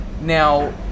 now